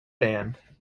band